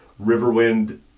Riverwind